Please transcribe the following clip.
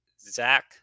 Zach